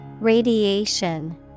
Radiation